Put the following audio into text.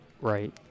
Right